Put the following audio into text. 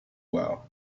well